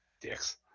Dicks